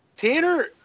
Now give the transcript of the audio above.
Tanner